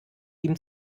ihm